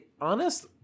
honest